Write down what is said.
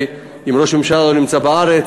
אם ראש הממשלה לא נמצא בארץ,